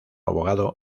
abogado